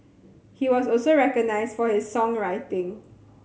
he was also recognised for his songwriting